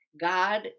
God